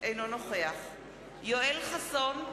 אינו נוכח יואל חסון,